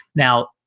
now,